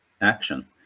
action